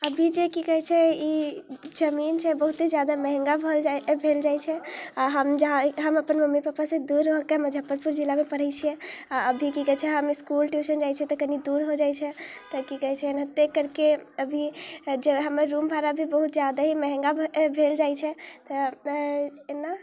अभी जे की कहै छै ई जमीन छै बहुते जादा महँगा भऽ जाइ भेल जाइ छै आओर हम जहाँ हम अपन मम्मी पपासँ दूर रहिके मजफ्फरपुर जिलामे पढ़ै छियै आओर अभी कि कहै छै हम इसकुल ट्यूशन जाइ छियै तऽ कनि दूर हो जाइ छियै तऽ कि कहै छै ओनाहिते करिके अभी जे हमर रूम भाड़ा अभी बहुत जादा ही मंहगा भऽ अऽ भेल जाइ छै तऽ अऽ एना